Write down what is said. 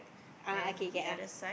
ah okay K ah